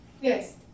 Yes